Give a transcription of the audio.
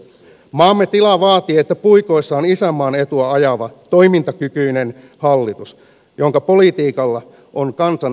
maamme tila vaatii että puikoissa on isänmaan etua ajava toimintakykyinen hallitus jonka politiikalla on kansan enemmistön tuki